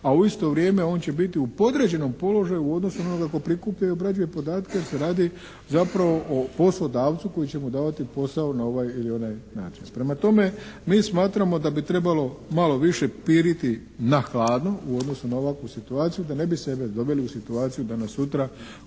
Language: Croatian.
a u isto vrijeme on će biti u podređenom položaju u odnosu na onoga tko prikuplja i obrađuje podatke jer se radi zapravo o poslodavcu koji će mu davati posao na ovaj ili onaj način. Prema tome mi smatramo da bi trebalo malo više piriti na hladno u odnosu na ovakvu situaciju da ne bi sebe doveli u situaciju danas-sutra